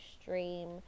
stream